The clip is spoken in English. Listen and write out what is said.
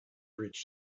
bridge